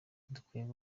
dukwiye